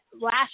last